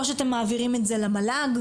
או שאתם מעבירים את זה למל"ג,